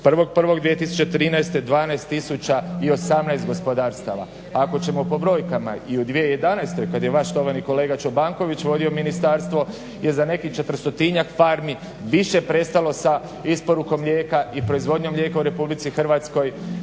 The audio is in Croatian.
1.1.2013. 12 018 gospodarstava. Ako ćemo po brojkama i u 2011. kad je vaš štovani kolega Čobanković vodio ministarstvo je za nekih četiristotinjak farmi više prestalo sa isporukom mlijeka i proizvodnjom mlijeka u RH nego što